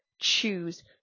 choose